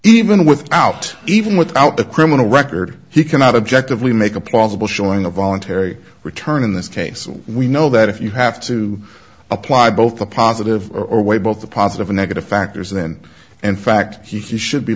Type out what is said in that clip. even without even without the criminal record he cannot object if we make a plausible showing a voluntary return in this case we know that if you have to apply both the positive or way both the positive and negative factors then and fact he should be